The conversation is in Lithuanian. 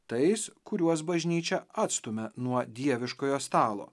tais kuriuos bažnyčia atstumia nuo dieviškojo stalo